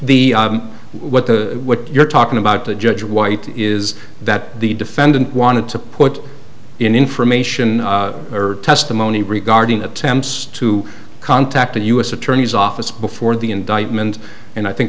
the what the what you're talking about the judge white is that the defendant wanted to put in information or testimony regarding attempts to contact the u s attorney's office before the indictment and i